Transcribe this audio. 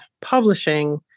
publishing